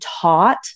taught